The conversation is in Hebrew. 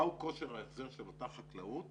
מהו כושר ההחזר של אותה חקלאות